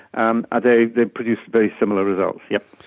and ah they they produce very similar results, yes.